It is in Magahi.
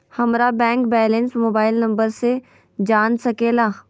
हमारा बैंक बैलेंस मोबाइल नंबर से जान सके ला?